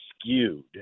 skewed